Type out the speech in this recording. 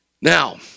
Now